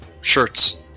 shirts